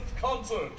Concert